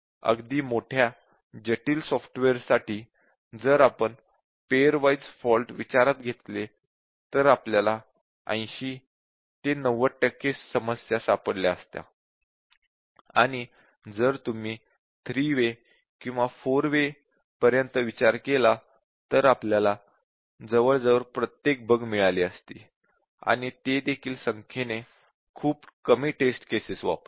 अगदी मोठ्या जटिल सॉफ्टवेअरसाठी जर आपण पेअर वाइज़ फॉल्टस विचारात घेतले तर आपल्याला 80 90 टक्के समस्या सापडल्या असत्या आणि जर तुम्ही 3 वे किंवा 4 वे विचार केला तर आपल्याला जवळजवळ प्रत्येक बग मिळाली असती आणि ते देखील संख्येने खूप कमी टेस्ट केसेस वापरून